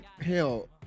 hell